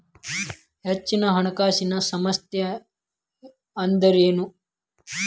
ಹೆಚ್ಚಿನ ಹಣಕಾಸಿನ ಸಂಸ್ಥಾ ಅಂದ್ರೇನು?